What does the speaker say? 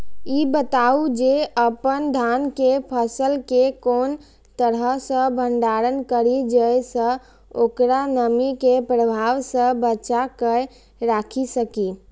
ई बताऊ जे अपन धान के फसल केय कोन तरह सं भंडारण करि जेय सं ओकरा नमी के प्रभाव सं बचा कय राखि सकी?